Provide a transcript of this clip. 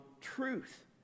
truth